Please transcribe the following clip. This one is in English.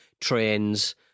trains